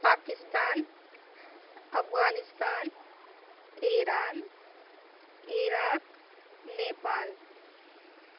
Pakistan Afghanistan Iran Iraq Nepal